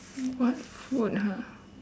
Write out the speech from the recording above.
what food !huh!